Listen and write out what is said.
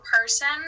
person